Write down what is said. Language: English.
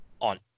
on